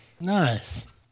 nice